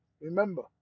Remember